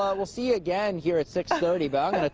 um we'll see you again here at six thirty. back